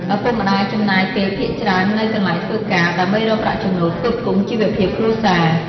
ឪពុកម្ដាយ ចំណាយពេលភាគច្រើននៅកន្លែងធ្វើការ ដើម្បីរកប្រាក់ចំណូលផ្គត់ផ្គង់ជីវភាពគ្រួសារ។